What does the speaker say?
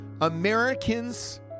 Americans